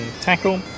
tackle